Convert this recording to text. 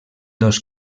dos